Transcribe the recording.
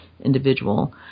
individual